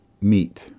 meet